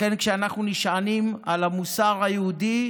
לכן, כשאנחנו נשענים על המוסר היהודי,